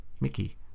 Mickey